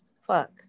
Fuck